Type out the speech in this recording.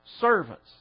servants